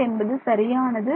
Δx என்பது சரியானது